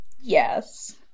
Yes